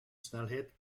snelheid